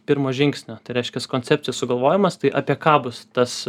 pirmo žingsnio reiškias koncepcijos sugalvojimas tai apie ką bus tas